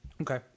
Okay